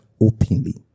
openly